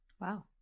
Wow